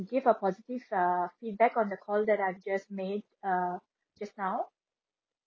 give a positive uh feedback that I've just made uh just now